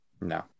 No